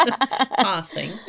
Passing